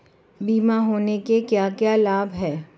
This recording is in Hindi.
बीमा होने के क्या क्या लाभ हैं?